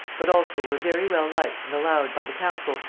but also were very well liked and allowed by the council,